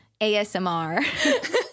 ASMR